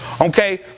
Okay